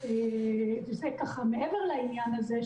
מעבר לכך,